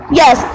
yes